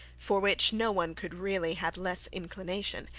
for which no one could really have less inclination,